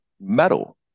metal